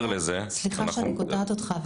סליחה שאני קוטעת אותך,